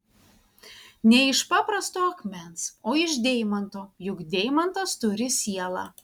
ne iš paprasto akmens o iš deimanto juk deimantas turi sielą